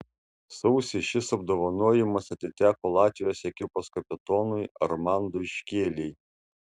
sausį šis apdovanojimas atiteko latvijos ekipos kapitonui armandui škėlei